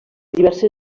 diverses